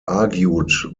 argued